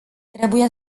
trebuie